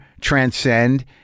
transcend